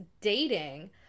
dating